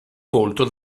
volto